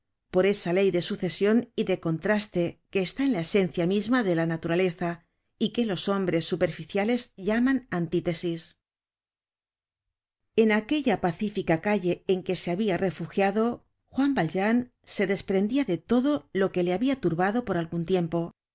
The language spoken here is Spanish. por esa ley de sucesion y de contraste que está en la esencia misma de la naturaleza y que los hombres superficiales llaman antítesis en aquella pacífica calle en que se habia refugiado juan valjean se desprendia de todo lo que le habia turbado por algun tiempo